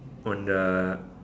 on the